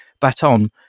baton